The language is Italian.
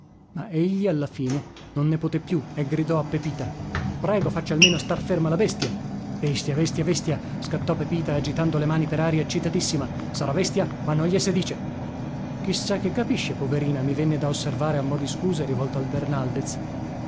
forte ma egli alla fine non ne poté più e gridò a pepita prego faccia almeno star ferma la bestia vestia vestia vestia scattò pepita agitando le mani per aria eccitatissima sarà vestia ma non glie se dice chi sa che capisce poverina mi venne da osservare a mo di scusa rivolto al bernaldez